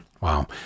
Wow